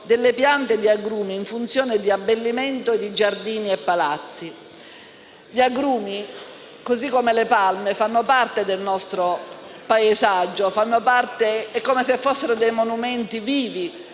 delle piante di agrumi in funzione di abbellimento di giardini e palazzi. Gli agrumi, così come le palme, fanno parte del nostro paesaggio, come se fossero dei monumenti viventi,